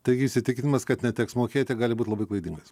taigi įsitikinimas kad neteks mokėti gali būt labai klaidingas